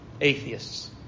atheists